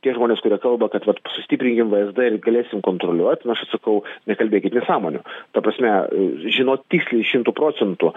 tie žmonės kurie kalba kad vat sustiprinkim vsd ir galėsim kontroliuot na aš sakau nekalbėkit nesąmonių ta prasme žinot tiksliai šimtu procentų